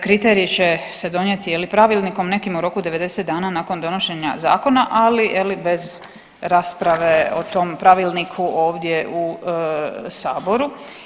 Kriteriji će se donijeti je li pravilnikom nekim u roku 90 dana nakon donošenja zakona, ali je li bez rasprave o tom pravilniku ovdje u saboru.